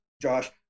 josh